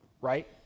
Right